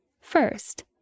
First